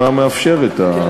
הוא היה מאפשר את,